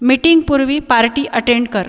मिटींगपूर्वी party attend कर